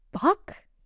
fuck